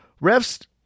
refs